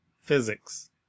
physics